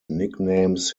nicknames